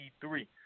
three